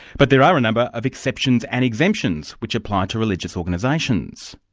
but there are a number of exceptions and exemptions which apply to religious organisations.